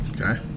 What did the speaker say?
okay